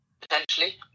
Potentially